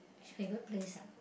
which favourite place ah